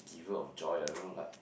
giver of joy I don't know like